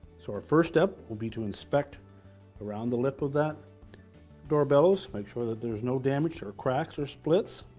so our first step will be to inspect around the lip of that door bellows. make sure that there's no damage or cracks or splits.